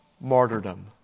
martyrdom